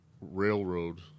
railroad